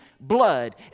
blood